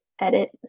edit